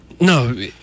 No